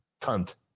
Cunt